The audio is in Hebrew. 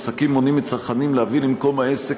עסקים מונעים מצרכנים להביא למקום העסק